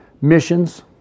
missions